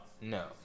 No